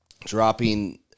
dropping